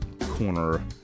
corner